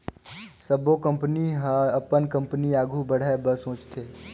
सबो कंपनी ह अपन कंपनी आघु बढ़ाए बर सोचथे